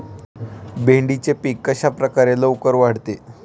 भेंडीचे पीक कशाप्रकारे लवकर वाढते?